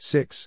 Six